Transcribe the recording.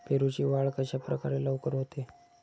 पेरूची वाढ कशाप्रकारे लवकर होते?